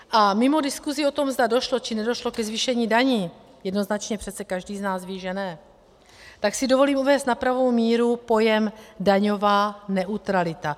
A mimo diskusi o tom, zda došlo či nedošlo ke zvýšení daní jednoznačně přece každý z nás ví, že ne si dovolím uvést na pravou míru pojem daňová neutralita.